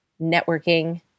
networking